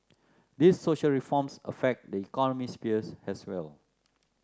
these social reforms affect the economy sphere as well